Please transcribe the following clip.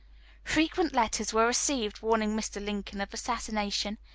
frequent letters were received warning mr. lincoln of assassination,